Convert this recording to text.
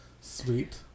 sweet